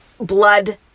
Blood